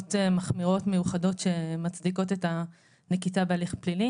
נסיבות מחמירות מיוחדות שמצדיקות את הנקיטה בהליך פלילי